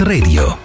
Radio